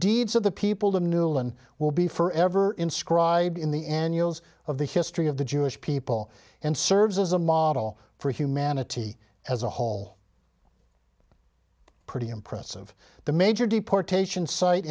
deeds of the people the new will and will be forever inscribed in the end of the history of the jewish people and serves as a model for humanity as a whole pretty impressive the major deportation si